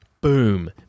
Boom